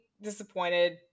disappointed